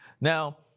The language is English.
Now